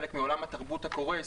חלק מעולם התרבות הקורס,